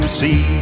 see